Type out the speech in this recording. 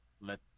let